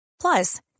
Plus